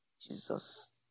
Jesus